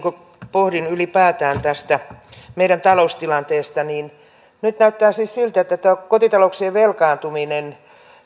pohdin ylipäätään tästä meidän taloustilanteestamme niin nyt näyttää siis siltä että kotitalouksien velkaantuminen